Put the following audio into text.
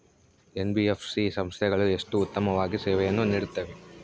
NBFC ಸಂಸ್ಥೆಗಳು ಎಷ್ಟು ಉತ್ತಮವಾಗಿ ಸೇವೆಯನ್ನು ನೇಡುತ್ತವೆ?